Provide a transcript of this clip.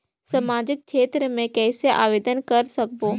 समाजिक क्षेत्र मे कइसे आवेदन कर सकबो?